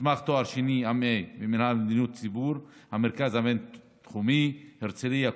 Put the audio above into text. מוסמך תואר שני במינהל מדיניות ציבור במרכז הבינתחומי הרצליה,